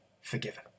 forgiven